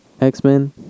X-Men